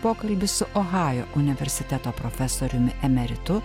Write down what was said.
pokalbis su ohajo universiteto profesoriumi emeritu